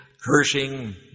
cursing